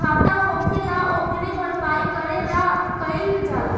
घाटा होखेल ओकरे भरपाई करे ला कइल जाला